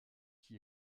qui